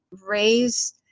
raise